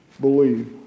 believe